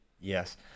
yes